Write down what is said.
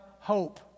Hope